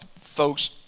folks